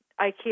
Ikea